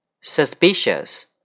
Suspicious